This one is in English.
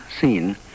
seen